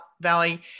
valley